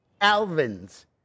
Alvin's